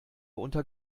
unter